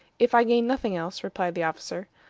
if i gain nothing else, replied the officer,